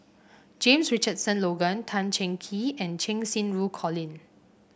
James Richardson Logan Tan Cheng Kee and Cheng Xinru Colin